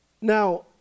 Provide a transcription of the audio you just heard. Now